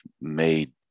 made